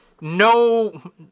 no